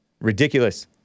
Ridiculous